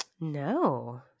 No